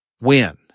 win